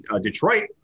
Detroit